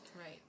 Right